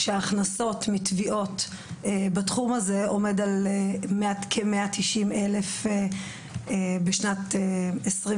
שההכנסות מתביעות בתחום הזה עומדות על כ-190,000 בשנת 2022,